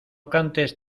cantes